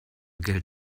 geld